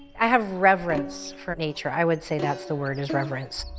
i have reverence for nature. i would say that's the word, is reverence.